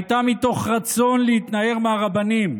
הייתה מתוך רצון להתנער מהרבנים,